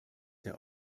der